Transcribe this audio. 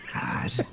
God